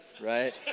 right